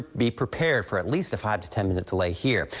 be prepared for at least a five to ten-minute delay here.